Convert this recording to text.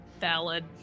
valid